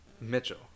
Mitchell